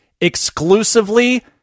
exclusively